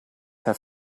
have